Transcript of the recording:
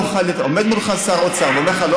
עומד מולך שר אוצר ואומר לך שהוא לא